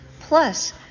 Plus